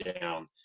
down